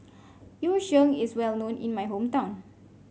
Yu Sheng is well known in my hometown